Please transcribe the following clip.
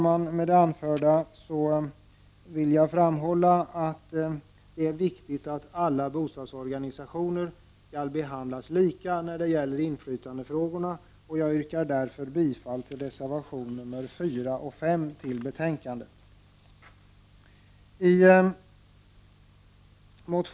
Med det anförda vill jag framhålla att det är viktigt att alla bostadsorganisationer behandlas lika när det gäller inflytandefrågorna, och jag yrkar därför bifall till reservationerna 4 och 5 som är fogade till betänkandet.